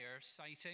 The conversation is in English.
citing